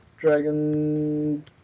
Dragon